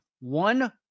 one